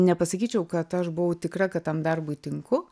nepasakyčiau kad aš buvau tikra kad tam darbui tinku